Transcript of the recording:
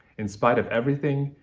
in spite of everything,